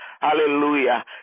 Hallelujah